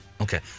Okay